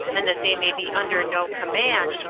and that they may be under no command,